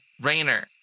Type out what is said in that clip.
Rayner